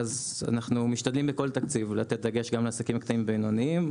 אנחנו משתדלים בכל תקציב לתת דגש לעסקים הקטנים והבינוניים.